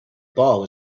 ball